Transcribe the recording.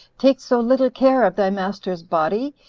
take so little care of thy master's body?